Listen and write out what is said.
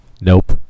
Nope